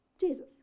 Jesus